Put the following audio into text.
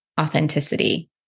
authenticity